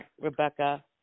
Rebecca